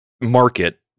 market